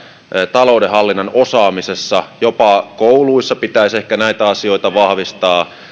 taloudenhallinnan osaamisessa jopa kouluissa pitäisi ehkä näitä asioita vahvistaa